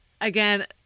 Again